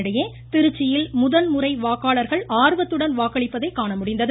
இதனிடையே திருச்சியில் முதன்முறை வாக்காளர்கள் ஆர்வத்துடன் வாக்களிப்பதை காணமுடிந்தது